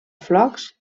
flocs